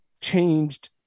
changed